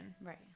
right